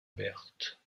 berthe